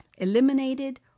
eliminated